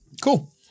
Cool